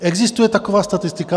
Existuje taková statistika?